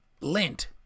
lint